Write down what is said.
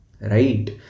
Right